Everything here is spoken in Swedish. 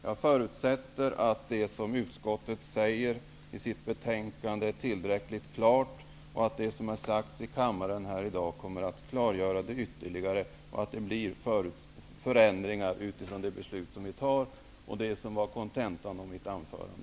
Jag förutsätter att det som utskottet uttalar i betänkandet är tillräckligt klart och att det som sägs här i kammaren i dag ytterligare kommer att klargöra att det blir förändingar i enlighet med dagens beslut och med det som var kontentan av mitt anförande.